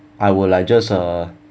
I will like just uh